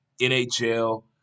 NHL